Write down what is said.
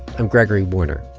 i'm gregory warner,